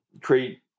create